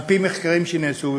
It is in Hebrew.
על-פי מחקרים שנעשו,